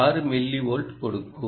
6 millivolt கொடுக்கும்